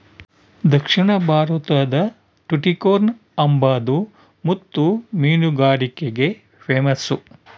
ದಕ್ಷಿಣ ಭಾರತುದ್ ಟುಟಿಕೋರ್ನ್ ಅಂಬಾದು ಮುತ್ತು ಮೀನುಗಾರಿಕ್ಗೆ ಪೇಮಸ್ಸು